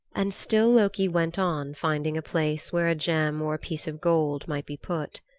and still loki went on finding a place where a gem or a piece of gold might be put.